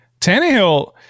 Tannehill